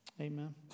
Amen